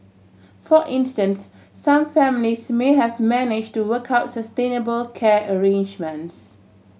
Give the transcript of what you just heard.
for instance some families may have manage to work out sustainable care arrangements